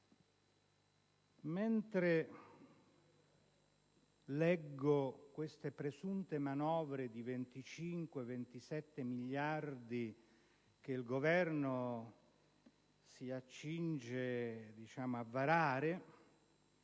mentre leggo di queste presunte manovre di 25-27 miliardi di euro che il Governo si accinge a varare,